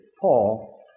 Paul